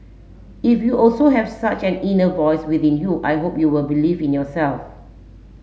if you also have such an inner voice within you I hope you'll believe in yourself